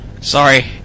Sorry